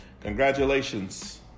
congratulations